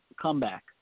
comeback